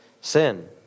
sin